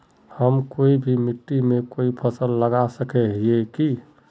हम कोई भी मिट्टी में कोई फसल लगा सके हिये की?